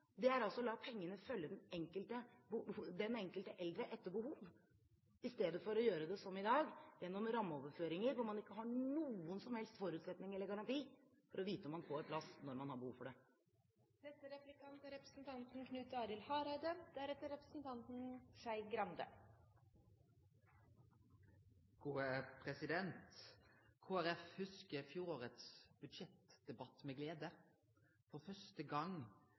på er altså å la pengene følge den enkelte eldre, etter behov, i stedet for å gjøre det som i dag, gjennom rammeoverføringer hvor man ikke har noen som helst forutsetning eller garanti for å vite om man får plass når man har behov for det. Kristeleg Folkeparti hugsar budsjettdebatten i fjor med glede. For første